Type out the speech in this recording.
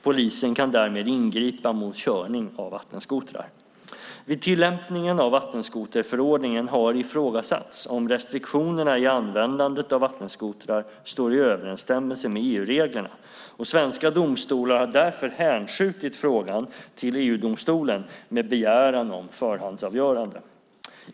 Polisen kan därmed ingripa mot körning av vattenskotrar. Vid tillämpningen av vattenskoterförordningen har det ifrågasatts om restriktionerna i användandet av vattenskotrar står i överensstämmelse med EU-reglerna, och svenska domstolar har därför hänskjutit frågan till EU-domstolen med begäran om förhandsavgörande.